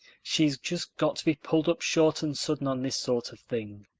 she's just got to be pulled up short and sudden on this sort of thing.